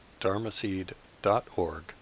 dharmaseed.org